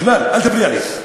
בכלל, אל תפריע לי.